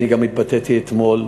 אני התבטאתי אתמול,